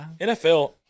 NFL